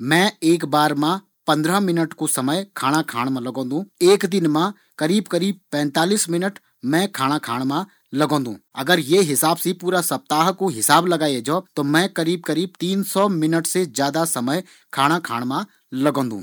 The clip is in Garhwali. मैं एक बार मा खाणा खाण मा पंद्रह मिनट लगोंदू। ये हिसाब से एक दिन मा मैं लगभग पैतालीस मिनट खाणा खाण मा लगोंदू। ये हिसाब से मैं एक हफ्ता मा लगभग तीन सौ मिनट खाणा खाण मा लगोंदू।